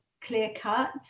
clear-cut